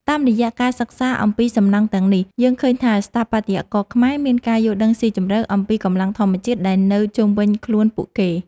តាមរយៈការសិក្សាអំពីសំណង់ទាំងនេះ យើងឃើញថាស្ថាបត្យករខ្មែរមានការយល់ដឹងស៊ីជម្រៅអំពីកម្លាំងធម្មជាតិដែលនៅជុំវិញខ្លួនពួកគេ។